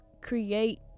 create